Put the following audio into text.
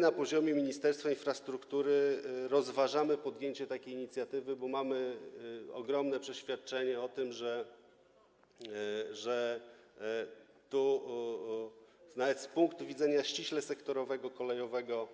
Na poziomie Ministerstwa Infrastruktury rozważamy podjęcie takiej inicjatywy, bo mamy ogromne przeświadczenie o tym, że nawet z punktu widzenia ściśle sektorowego, kolejowego,